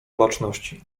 baczności